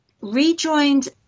rejoined